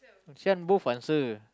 this one both answer